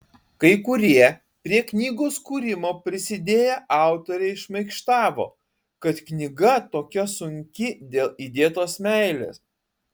kai kurie prie knygos kūrimo prisidėję autoriai šmaikštavo kad knyga tokia sunki dėl įdėtos meilės